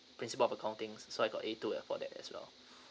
principle accounting so I got A two uh for that as well